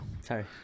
Sorry